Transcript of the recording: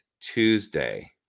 Tuesday